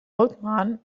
old